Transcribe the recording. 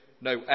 no